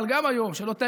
אבל גם היום, שלא תעזו,